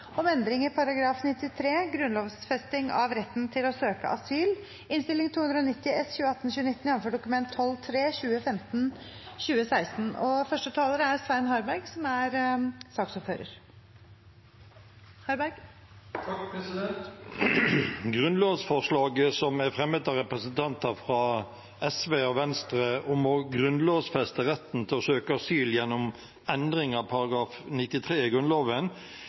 om ordet til sak nr. 1. Grunnlovsforslaget som er fremmet av representanter fra SV og Venstre om å grunnlovfeste retten til å søke asyl gjennom endring av § 93 i Grunnloven,